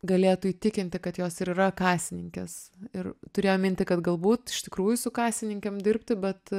galėtų įtikinti kad jos ir yra kasininkės ir turėjom mintį kad galbūt iš tikrųjų su kasininkėm dirbti bet